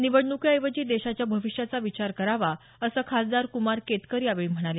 निवडणुकीऐवजी देशाच्या भविष्याचा विचार करावा असं खासदार कुमार केतकर यावेळी म्हणाले